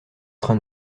train